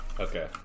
Okay